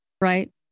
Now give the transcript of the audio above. Right